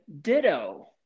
ditto